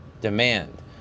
demand